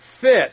fit